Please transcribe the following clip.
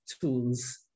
tools